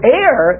air